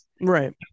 right